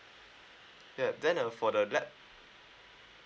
yup then uh for the lap~